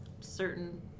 certain